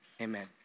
Amen